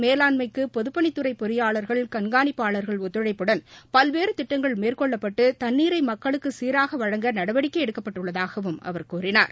மேலாண்மைக்கு பொதுப்பணித்துறை பொறியாளர்கள் கண்காணிப்பாளர்கள் ஒத்துழைப்புடன் நீர் பல்வேறு திட்டங்கள் மேற்கொள்ளப்பட்டு தண்ணீரை மக்களுக்கு சீராக வழங்க நடவடிக்கை எடுக்கப்பட்டுள்ளதாகவும் அவர் கூறினார்